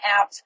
out